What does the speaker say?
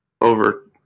over